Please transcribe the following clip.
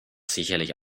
sicherlich